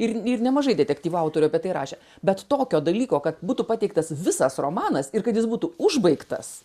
ir ir nemažai detektyvų autorių apie tai rašė bet tokio dalyko kad būtų pateiktas visas romanas ir kad jis būtų užbaigtas